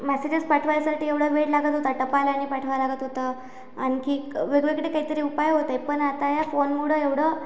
messages पाठवायसाठी एवढा वेळ लागत होता टपालाने पाठवा लागत होतं आणखी वेगवेगळे काहीतरी उपाय होते पण आता या फोनमुळं एवढं